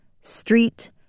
street